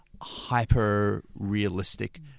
hyper-realistic